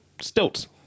stilts